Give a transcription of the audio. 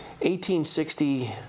1860